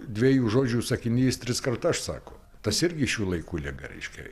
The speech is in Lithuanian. dviejų žodžių sakinys triskart aš sako tas irgi šių laikų liga reiškia